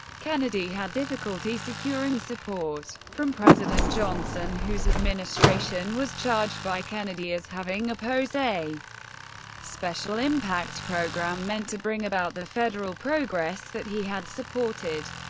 kennedy had difficulty securing support from president johnson, whose administration was charged by kennedy as having opposed a special impact program meant to bring about the federal progress that he had supported.